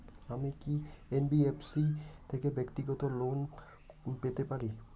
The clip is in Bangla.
আমি কি এন.বি.এফ.এস.সি থেকে ব্যাক্তিগত কোনো লোন পেতে পারি?